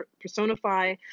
personify